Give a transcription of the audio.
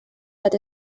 bat